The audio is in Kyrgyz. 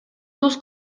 туз